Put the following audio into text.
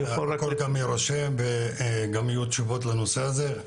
הכל יירשם וגם יהיו תשובות לנושא הזה.